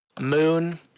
Moon